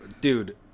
Dude